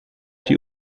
die